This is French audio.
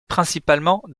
principalement